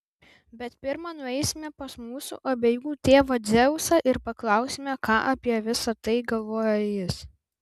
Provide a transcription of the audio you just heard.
bet pirma nueisime pas mūsų abiejų tėvą dzeusą ir paklausime ką apie visa tai galvoja jis